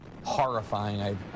horrifying